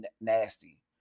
nasty